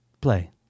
Play